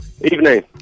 Evening